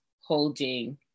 holding